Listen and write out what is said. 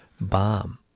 bomb